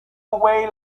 away